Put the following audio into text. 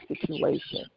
situation